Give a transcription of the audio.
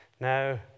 Now